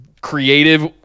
creative